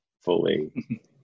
fully